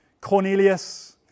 Cornelius